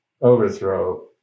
overthrow